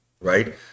right